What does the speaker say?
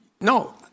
No